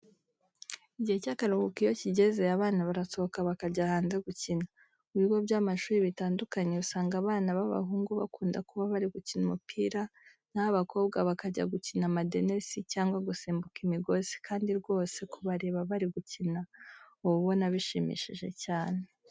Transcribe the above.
Igihe cy'akaruhuko iyo kigeze abana barasohoka bakajya hanze gukina. Mu bigo by'amashuri bitandukanye usanga abana b'abahungu bakunda kuba bari gukina umupira, na ho abakobwa bakajya gukina amadenesi cyangwa gusimbuka imigozi kandi rwose kubareba bari gukina uba ubona bishimishije cyane.